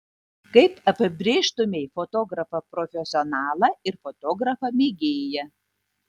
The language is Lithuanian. kaip apibrėžtumei fotografą profesionalą ir fotografą mėgėją